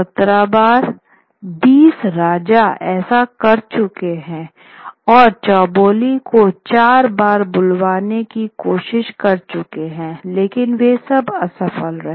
17 बार 20 राजा ऐसा कर चुके है और चौबोली को चार बार बुलवाने की कोशिश कर चुके हैं लेकिन वे सब असफल रहे